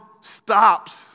stops